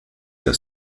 der